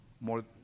more